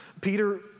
Peter